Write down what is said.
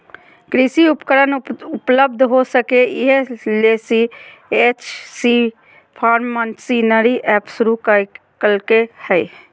कृषि उपकरण उपलब्ध हो सके, इहे ले सी.एच.सी फार्म मशीनरी एप शुरू कैल्के हइ